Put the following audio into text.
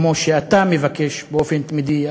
כמו שאתה מבקש באופן תמידי,